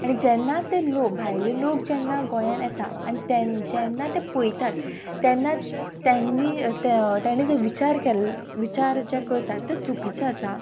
आनी जेन्ना ते लोक भायले लोक जेन्ना गोंयान येता आनी तांचे तेन्ना ते पळयतात तेन्ना तेनी ताणी जो विचार केल्लो विचार जे करतात ते चुकीचो आसा